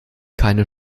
keine